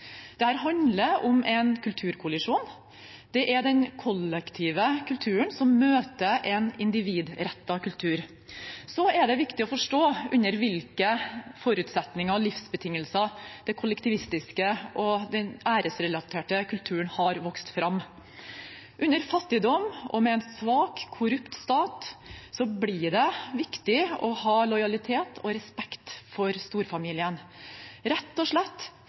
handler om en kulturkollisjon. Det er den kollektive kulturen som møter en individrettet kultur. Det er viktig å forstå under hvilke forutsetninger og livsbetingelser det kollektivistiske og den æresrelaterte kulturen har vokst fram. Under fattigdom og med en svak, korrupt stat blir det viktig å ha lojalitet og respekt for storfamilien, rett og slett